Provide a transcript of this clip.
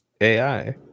AI